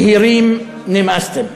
יהירים, נמאסתם.